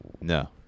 No